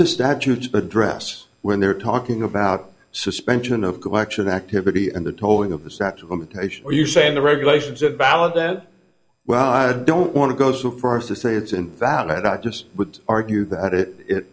the statute address when they're talking about suspension of collection activity and the tolling of the statue of limitations are you saying the regulations at balad that well i don't want to go so far as to say it's invalid i just would argue that it